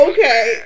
Okay